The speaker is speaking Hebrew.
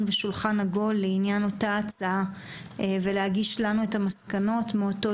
ושולחן עגול לעניין אותה הצעה ולהגיש לנו את המסקנות מאותו